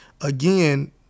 again—